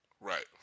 Right